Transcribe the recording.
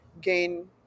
gain